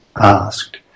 asked